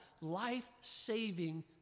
life-saving